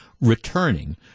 returning